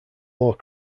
more